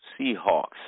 Seahawks